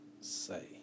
say